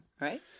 right